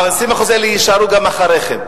ה-20% האלה יישארו גם אחריכם,